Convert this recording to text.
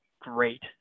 great